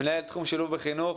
מנהל תחום שילוב בחינוך.